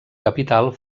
capital